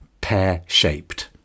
pear-shaped